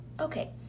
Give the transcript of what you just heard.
Okay